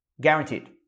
guaranteed